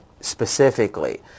specifically